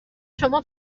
شما